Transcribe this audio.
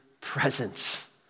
presence